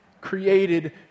created